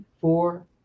four